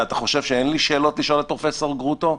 אתה חושב שאין לי שאלות לשאול את פרופ' גרוטו?